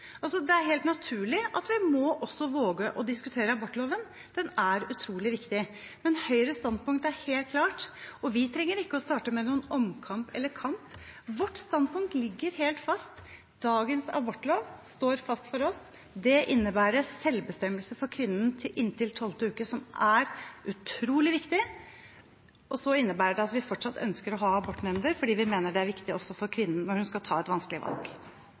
Det er helt naturlig, og vi må våge å diskutere abortloven. Den er utrolig viktig, men Høyres standpunkt er helt klart, og vi trenger ikke å starte noen omkamp eller kamp. Vårt standpunkt ligger helt fast: Dagens abortlov står fast for oss. Det innebærer selvbestemmelse for kvinnen inntil tolvte uke, som er utrolig viktig. Det innebærer også at vi fortsatt ønsker å ha abortnemnder, for vi mener det er viktig også for kvinnen når hun skal ta et vanskelig valg.